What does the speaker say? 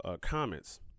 comments